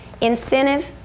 incentive